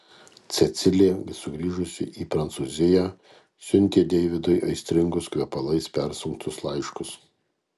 cecilė sugrįžusi į prancūziją siuntė deividui aistringus kvepalais persunktus laiškus